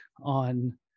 on